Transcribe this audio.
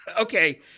Okay